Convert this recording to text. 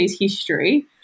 history